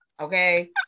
Okay